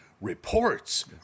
reports